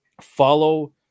follow